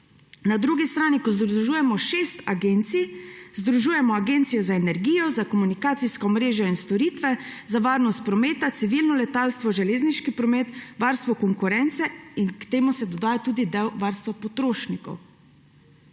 Na drugi strani, ko združujemo šest agencij, združujemo agencijo za energijo, za komunikacijska omrežja in storitve, za varnost prometa, civilno letalstvo, železniški promet, varstvo konkurence in k temu se dodaja tudi varstvo potrošnikov.